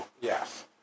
Yes